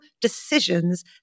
decisions